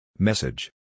Message